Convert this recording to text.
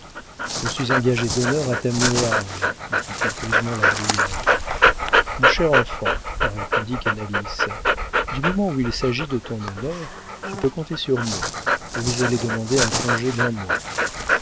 je suis engagé d'honneur à t'amener au havre dit piteusement la brière mon cher enfant répondit canalis du moment qu'il s'agit de ton honneur tu peux compter sur moi je vais aller demander un congé d'un mois